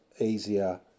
easier